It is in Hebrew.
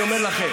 אני אומר לכם,